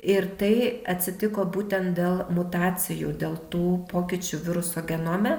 ir tai atsitiko būtent dėl mutacijų dėl tų pokyčių viruso genome